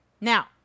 Now